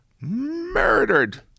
murdered